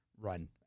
run